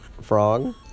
Frog